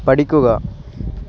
പഠിക്കുക